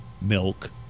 milk